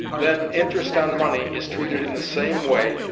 then interest on money is treated in the same way,